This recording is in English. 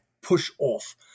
push-off